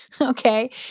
okay